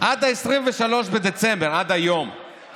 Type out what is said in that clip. עד 23 בדצמבר, עד היום,